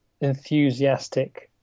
enthusiastic